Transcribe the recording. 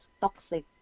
toxic